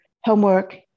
homework